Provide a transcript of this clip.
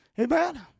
Amen